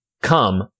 Come